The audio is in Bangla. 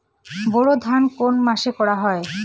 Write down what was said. বোরো ধান কোন মাসে করা হয়?